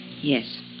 Yes